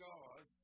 God